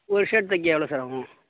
ஒரு ஷர்ட் தைக்க எவ்வளோ சார் ஆவும்